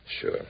Sure